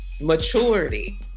maturity